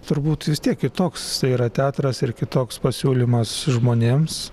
turbūt vis tiek kitoks tai yra teatras ir kitoks pasiūlymas žmonėms